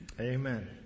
Amen